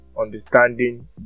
understanding